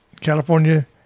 California